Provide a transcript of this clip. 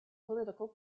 political